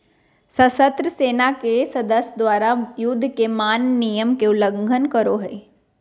सशस्त्र सेना के सदस्य द्वारा, युद्ध के मान्य नियम के उल्लंघन करो हइ